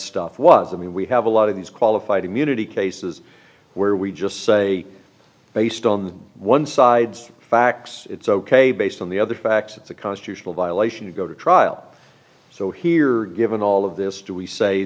stuff was i mean we have a lot of these qualified immunity cases where we just say based on one side's facts it's ok based on the other facts it's a constitutional violation to go to trial so here given all of this do we say